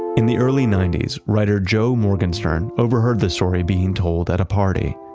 in the early ninety s, writer joe morgenstern overheard the story being told at a party.